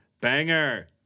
banger